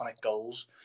goals